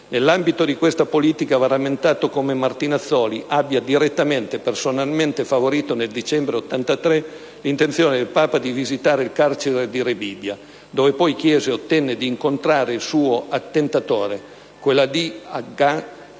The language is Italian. Nell'ambito di questa politica, va rammentato come Martinazzoli abbia direttamente e personalmente favorito, nel dicembre 1983, l'intenzione del Papa di visitare il carcere di Rebibbia, dove poi chiese e ottenne di incontrare il suo attentatore, quell'Ali Agca